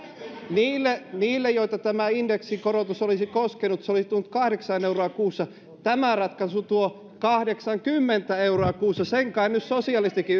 tehokkaammin niille joita tämä indeksikorotus olisi koskenut se olisi tuonut kahdeksan euroa kuussa tämä ratkaisu tuo kahdeksankymmentä euroa kuussa sen kai myös sosialistikin